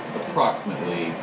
approximately